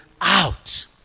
out